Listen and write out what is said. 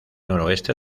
noroeste